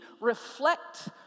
reflect